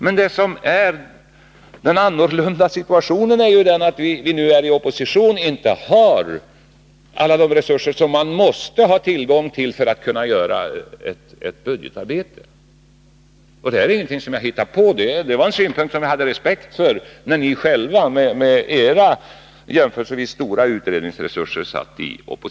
Men det är ju nu en annan situation. I opposition har vi inte alla de resurser som man måste ha tillgång till för att kunna göra ett budgetarbete. Det här är ingenting som jag hittar på, utan det är en synpunkt som jag hade respekt för när ni satt i opposition, även om ni hade jämförelsevis stora utredningsresurser.